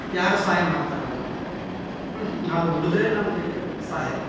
ಯಾರ ಸಹಾಯ ಮಾಡ್ತಾರೆ ಅವಾಗ ನಮ್ಗೆ ನಾವು ದುಡಿದ್ರೆ ನಮಗೆ ಸಾಧ್ಯ